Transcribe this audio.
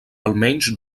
almenys